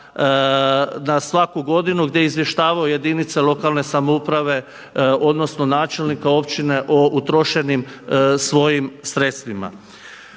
na svaku godinu gdje izvještavaju jedinice lokalne samouprave, odnosno načelnika općine o utrošenim svojim sredstvima.